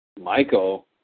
Michael